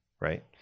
right